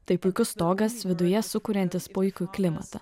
tai puikus stogas viduje sukuriantis puikų klimatą